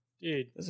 Dude